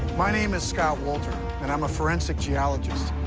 my name is scott wolter, and i'm a forensic geologist.